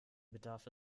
bedarf